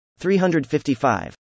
355